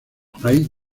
hay